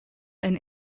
and